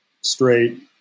straight